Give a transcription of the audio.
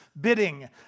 bidding